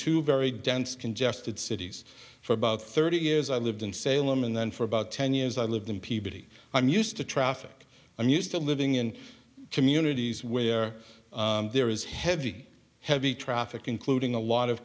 two very dense congested cities for about thirty years i lived in salem and then for about ten years i lived in peabody i'm used to traffic i'm used to living in communities where there is heavy heavy traffic including a lot of